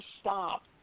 stop